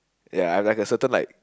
ya I've like a certain like